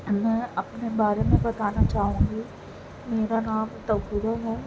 میں اپنے بارے میں بتانا چاہوں گی میرا نام توقیرن ہے